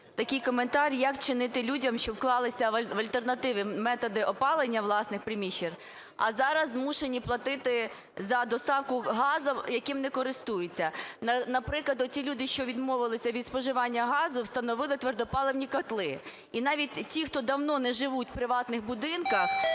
такий коментар, як вчинити людям, що вклалися в альтернативні методи опалення власних приміщень, а зараз змушені платити за доставку газу, яким не користуються? Наприклад, оті люди, що відмовилися від споживання газу, встановили твердопаливні котли. І навіть ті, хто давно не живуть в приватних будинках,